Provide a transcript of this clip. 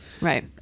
Right